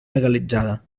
legalitzada